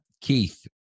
Keith